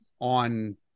on